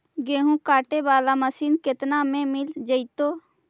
गेहूं काटे बाला मशीन केतना में मिल जइतै?